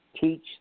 Teach